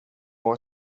har